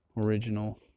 original